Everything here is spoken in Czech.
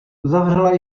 zavřela